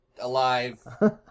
alive